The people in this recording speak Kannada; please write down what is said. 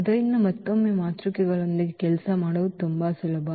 ಆದ್ದರಿಂದ ಮತ್ತೊಮ್ಮೆ ಮಾತೃಕೆಗಳೊಂದಿಗೆ ಕೆಲಸ ಮಾಡುವುದು ತುಂಬಾ ಸುಲಭ